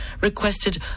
requested